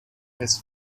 his